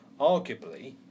arguably